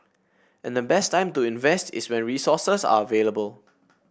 and the best time to invest is when resources are available